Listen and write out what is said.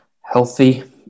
healthy